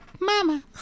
Mama